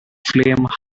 flame